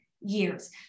years